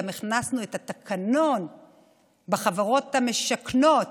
גם הכנסנו את התקנון בחברות המשכנות,